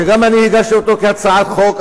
גם אני הגשתי אותו כהצעת חוק,